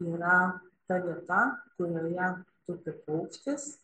yra ta vieta kurioje tupi paukštis